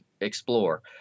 explore